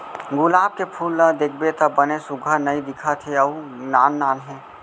गुलाब के फूल ल देखबे त बने सुग्घर नइ दिखत हे अउ नान नान हे